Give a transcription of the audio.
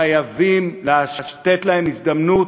חייבים לתת להם הזדמנות,